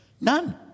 None